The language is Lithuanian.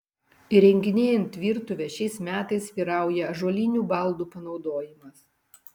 įrenginėjant virtuvę šiais metais vyrauja ąžuolinių baldų panaudojimas